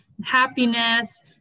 happiness